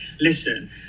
listen